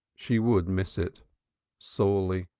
she would miss it sorely.